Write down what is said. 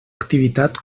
activitat